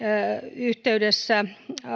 yhteydessä